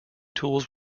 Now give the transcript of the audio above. tools